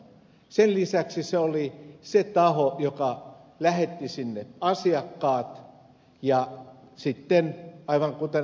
sen lisäksi se oli se taho joka lähetti sinne asiakkaat ja sitten aivan kuten ed